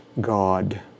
God